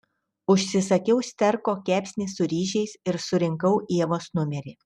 užsisakiau sterko kepsnį su ryžiais ir surinkau ievos numerį